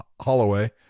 Holloway